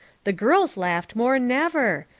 the girls laughed more'n ever,